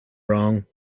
wrong